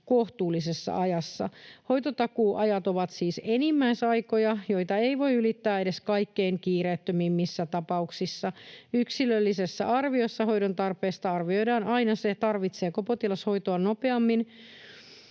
kohtuullisessa ajassa. Hoitotakuuajat ovat siis enimmäisaikoja, joita ei voi ylittää edes kaikkein kiireettömimmissä tapauksissa. Yksilöllisessä arviossa hoidon tarpeesta arvioidaan aina se, tarvitseeko potilas hoitoa nopeammin